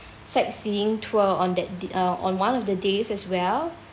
sightseeing tour on that the uh on one of the days as well